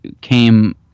came